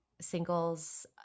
singles